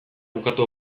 bukatu